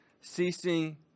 ceasing